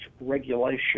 regulation